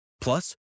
Plus